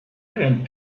and